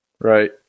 Right